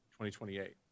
2028